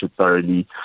thoroughly